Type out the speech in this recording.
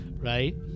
right